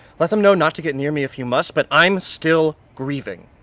let them know not to get near me if you must, but i'm still grieving.